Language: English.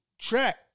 track